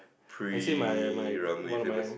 pre famous